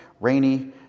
rainy